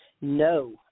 No